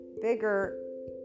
bigger